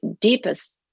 deepest